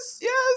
Yes